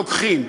לוקחים,